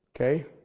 Okay